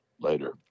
later